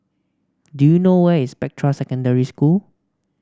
do you know where is Spectra Secondary School